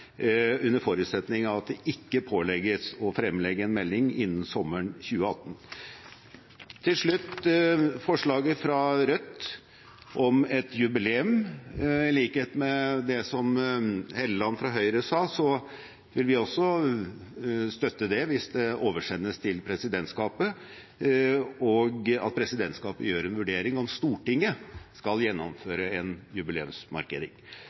under forutsetning av at man ikke pålegges å fremlegge en melding innen sommeren 2018. Til slutt til forslaget fra Rødt om et jubileum: I likhet med det som Helleland fra Høyre sa, vil vi også støtte det hvis det oversendes til presidentskapet, og at presidentskapet gjør en vurdering av om Stortinget skal